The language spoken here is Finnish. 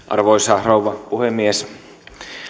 arvoisa rouva puhemies